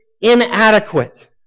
inadequate